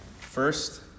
First